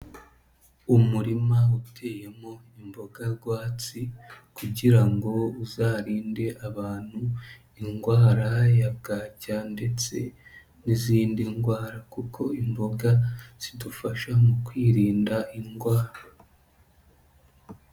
Umurima uteyemo imboga rwatsi kugira ngo uzarinde abantu indwara ya bwacya ndetse n'izindi ndwara kuko imboga zidufasha mu kwirinda indwara.